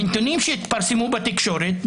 מנתונים שהתפרסמו בתקשורת,